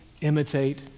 imitate